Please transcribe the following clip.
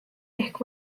ehk